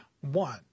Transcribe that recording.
one